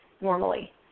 normally